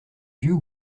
vieux